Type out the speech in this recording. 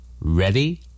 Ready